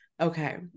Okay